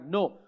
No